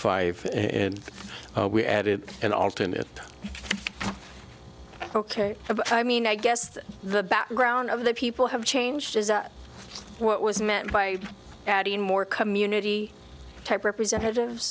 five and we added an alternate ok i mean i guess the background of the people have changed is that what was meant by adding more community type representatives